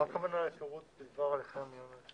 למה הכוונה לפירוט בדבר הליכי המיון למשרה?